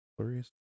Flurries